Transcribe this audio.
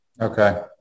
Okay